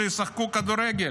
ישחקו כדורגל.